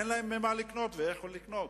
אין להם ממה לקנות ואיך לקנות.